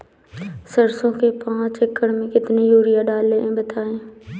सरसो के पाँच एकड़ में कितनी यूरिया डालें बताएं?